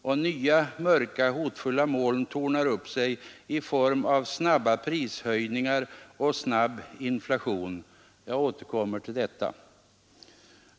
Och nya mörka hotfulla moln tornar upp sig i form av snabba prishöjningar och snabb inflation. Jag återkommer till detta.